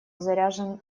заряжен